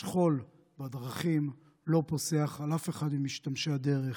השכול בדרכים לא פוסח על אף אחד ממשתמשי הדרך,